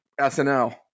SNL